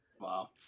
Wow